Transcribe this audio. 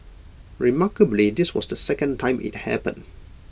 remarkably this was the second time IT happened